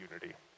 unity